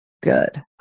good